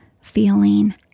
feeling